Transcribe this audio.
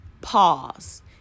Pause